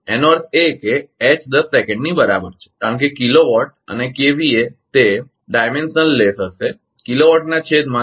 એ છે એનો અર્થ એ કે એચ 10 સેકંડની બરાબર છે કારણ કે કિલોવોટ અને કે વી એ તે પરિમાણ વગરનું હશે કિલોવોટ ના છેદમાં કે